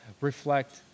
reflect